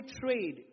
trade